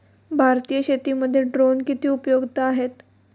भारतीय शेतीमध्ये ड्रोन किती उपयुक्त आहेत?